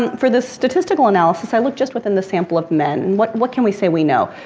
and for the statistical analysis, i looked just within the sample of men. what, what can we say we know?